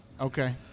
Okay